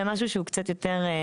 אלא משהו שהוא קצת יותר מותאם.